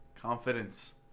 Confidence